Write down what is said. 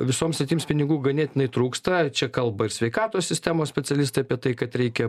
visoms sritims pinigų ganėtinai trūksta čia kalba ir sveikatos sistemos specialistai apie tai kad reikia